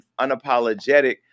unapologetic